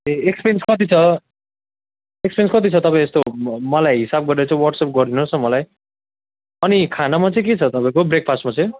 ए expense कति छ expense कति छ तपाईँ यस्तो म मलाई हिसाब गरेर चाहिँ वाट्सएप गरिदिनुहोस् न मलाई अनि खानामा चाहिँ के छ तपाईँको ब्रेकफास्टमा चाहिँ